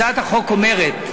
הצעת החוק אומרת,